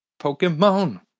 pokemon